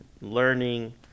learning